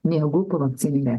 negu povakcininė